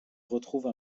retrouve